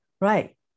right